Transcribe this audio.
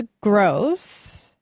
gross